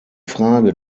frage